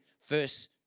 first